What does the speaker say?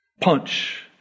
punch